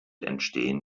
entstehen